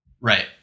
Right